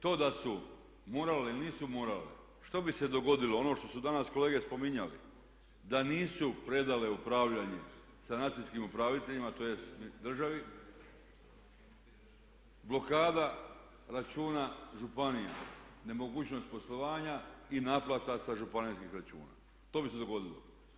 To da su morale ili nisu morale, što bi se dogodilo, ono što su danas kolege spominjali, da nisu predale u upravljanje sanacijskim upraviteljima, tj. državi, blokada računa županija, nemogućnost poslovanja i naplata sa županijskih računa, to bi se dogodilo.